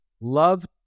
Love